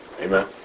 Amen